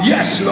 Yes